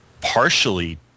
partially